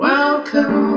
Welcome